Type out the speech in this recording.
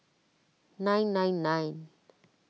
nine nine nine